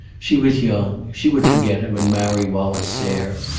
she was young. she would forget him and marry wallace sayre.